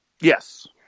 Yes